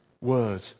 word